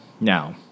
Now